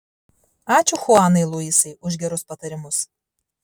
ačiū chuanai luisai už gerus patarimus